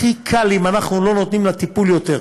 הכי קל אם אנחנו לא נותנים לה טיפול יותר,